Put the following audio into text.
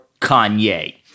Kanye